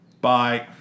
Bye